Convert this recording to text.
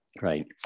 Right